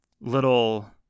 little